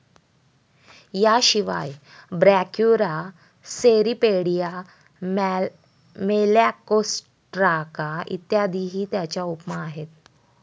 याशिवाय Brachyura, Cirripedia, Malacostraca इत्यादीही त्याच्या उपमा आहेत